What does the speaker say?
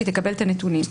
כשהיא תקבל את הנתונים,